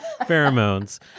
pheromones